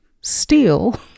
steal